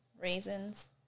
raisins